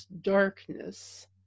darkness